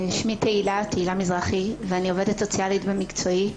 שמי תהילה מזרחי ואני עובדת סוציאלית במקצועי.